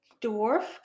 Dwarf